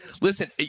listen